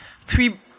three